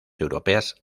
europeas